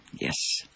Yes